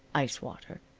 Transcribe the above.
ice-water,